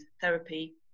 therapy